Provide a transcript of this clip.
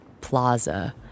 plaza